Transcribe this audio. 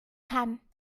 kann